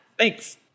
Thanks